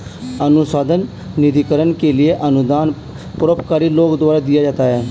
अनुसंधान निधिकरण के लिए अनुदान परोपकारी लोगों द्वारा दिया जाता है